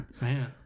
man